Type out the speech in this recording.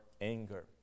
anger